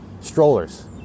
strollers